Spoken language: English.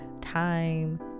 time